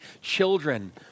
children